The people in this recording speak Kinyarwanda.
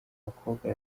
mukobwa